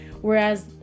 Whereas